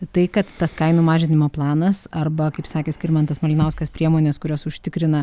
tai kad tas kainų mažinimo planas arba kaip sakė skirmantas malinauskas priemonės kurios užtikrina